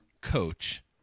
coach